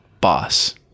boss